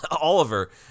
Oliver